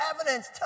evidence